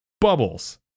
bubbles